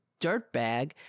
dirtbag